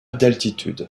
d’altitude